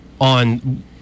on